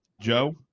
joe